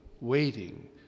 waiting